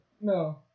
No